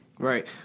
Right